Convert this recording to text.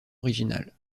originale